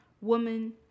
Woman